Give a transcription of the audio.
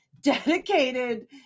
dedicated